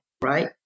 right